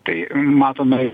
tai matome